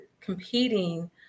competing